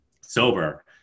sober